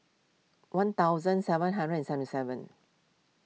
one thousand seven hundred and seventy seven